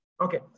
Okay